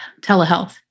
telehealth